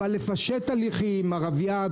לפשט הליכים אביעד,